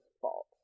fault